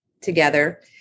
together